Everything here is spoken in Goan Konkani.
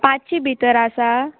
पांचशी भितर आसा